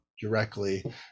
directly